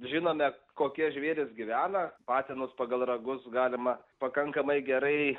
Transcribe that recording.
žinome kokie žvėrys gyvena patinus pagal ragus galima pakankamai gerai